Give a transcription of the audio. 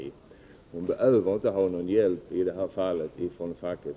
Hon behöver inte ha någon hjälp i det fallet från facket.